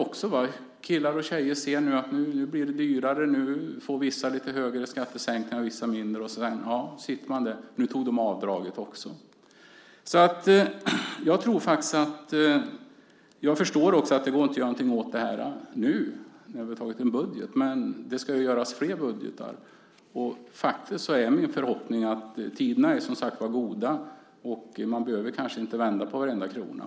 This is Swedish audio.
Nu ser killar och tjejer att det blir dyrare, att vissa får större skattesänkningar än andra och så sitter de där och tänker: Nu tog de avdraget också. Jag förstår att det inte går att göra något åt detta nu när budgeten är antagen, men det ska ju göras flera budgetar. Tiderna är som sagt goda, och man behöver kanske inte vända på varenda krona.